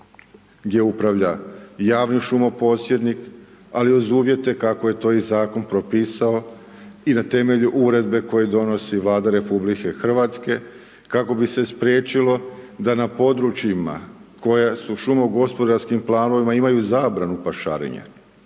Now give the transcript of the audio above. gdje upravlja javni šumoposjednik, ali uz uvijete kako je to i Zakon propisao, i na temelju Uredbe koje donosi Vlada Republike Hrvatske kako bi se spriječilo da na područjima koja su šumogospodarskim planovima, imaju zabranu pašaranja,